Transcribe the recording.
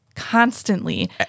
constantly